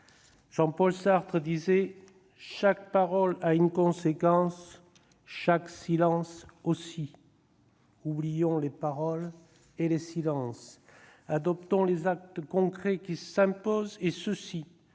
Jean-Paul Sartre disait :« Chaque parole a une conséquence. Chaque silence aussi. »